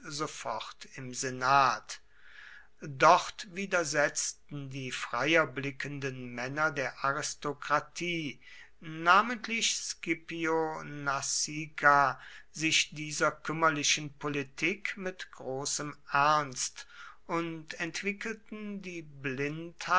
sofort im senat dort widersetzten die freier blickenden männer der aristokratie namentlich scipio nasica sich dieser kümmerlichen politik mit großem ernst und entwickelten die blindheit